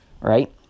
right